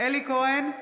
אלי כהן,